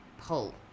pull